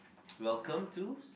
welcome to